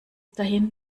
dahin